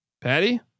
Patty